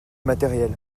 matériels